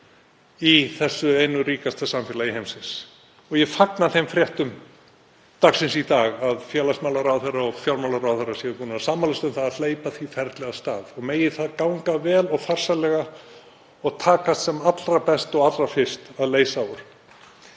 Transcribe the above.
í einu ríkasta samfélagi heimsins. Ég fagna þeim fréttum dagsins í dag að félagsmálaráðherra og fjármálaráðherra séu búnir að sammælast um að hleypa því ferli af stað. Megi það ganga vel og farsællega og takast sem allra best og allra fyrst að leysa úr.